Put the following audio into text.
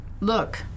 Look